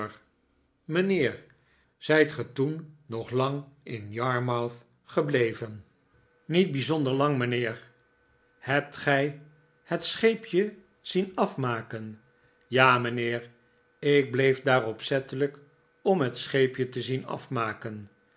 zijt ge toen nog lang in yarmouth gebleven mijnheer micawber's vooruitzichten niet bijzonder lang mijnheer hebt gij het scheepje zien afrinaken ja mijnheer ik bleef daar opzettelijk om het scheepje te zien afmaken